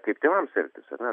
kaip tėvams elgtis ar ne